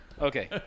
Okay